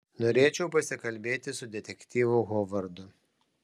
norėčiau pasikalbėti su detektyvu hovardu